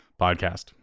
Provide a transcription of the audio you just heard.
podcast